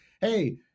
hey